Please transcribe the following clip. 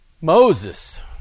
Moses